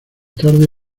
tarde